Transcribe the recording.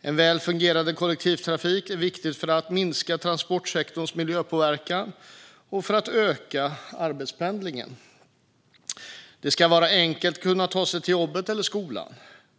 En väl fungerande kollektivtrafik är viktig för att minska transportsektorns miljöpåverkan och öka arbetspendlingen. Det ska vara enkelt att ta sig till jobbet eller skolan.